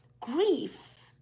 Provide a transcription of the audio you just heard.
grief